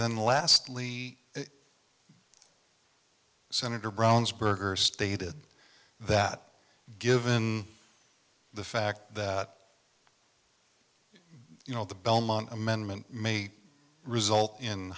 then lastly senator brown's burger stated that given the fact that you know the belmont amendment may result in